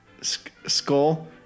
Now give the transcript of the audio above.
skull